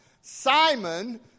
Simon